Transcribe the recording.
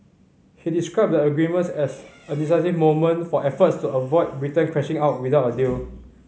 he described the agreements as a decisive moment for efforts to avoid Britain crashing out without a deal